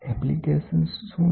ઉપયોગો શું છે